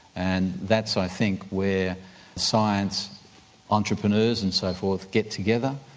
and that's i think where science entrepreneurs and so forth get together.